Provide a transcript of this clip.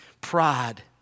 Pride